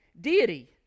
deity